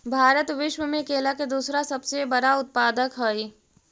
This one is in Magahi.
भारत विश्व में केला के दूसरा सबसे बड़ा उत्पादक हई